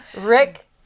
Rick